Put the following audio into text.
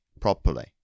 properly